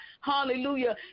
Hallelujah